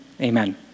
amen